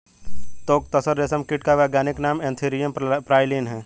okay तसर रेशम कीट का वैज्ञानिक नाम एन्थीरिया प्राइलीन है